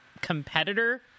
competitor